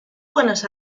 buenos